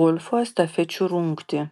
golfo estafečių rungtį